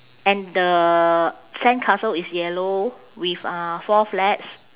and the sandcastle is yellow with uh four flags